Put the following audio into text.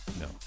No